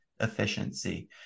efficiency